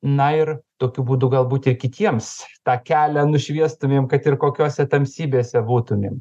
na ir tokiu būdu galbūt ir kitiems tą kelią nušviestumėm kad ir kokiose tamsybėse būtumėm